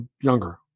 younger